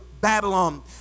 Babylon